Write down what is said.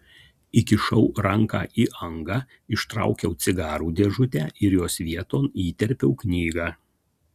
įkišau ranką į angą ištraukiau cigarų dėžutę ir jos vieton įterpiau knygą